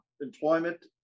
employment